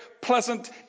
pleasant